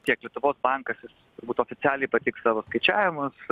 tiek lietuvos bankas turbūt oficialiai pateiks savo skaičiavimus